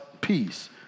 peace